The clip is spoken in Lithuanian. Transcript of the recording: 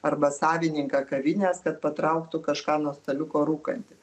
arba savininką kavinės kad patrauktų kažką nuo staliuko rūkantį